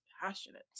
passionate